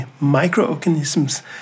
microorganisms